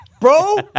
Bro